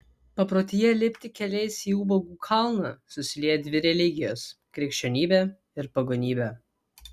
paprotyje lipti keliais į ubagų kalną susilieja dvi religijos krikščionybė ir pagonybė